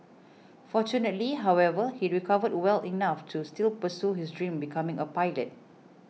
fortunately however he recovered well enough to still pursue his dream becoming a pilot